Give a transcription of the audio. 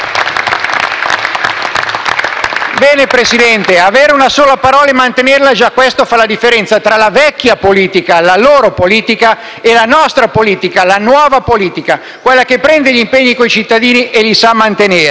Bene, Presidente, avere una sola parola e mantenerla, già questo fa la differenza tra la vecchia politica - la loro politica - e la nostra politica, la nuova politica: quella che prende gli impegni con i cittadini e li sa mantenere.